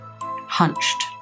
hunched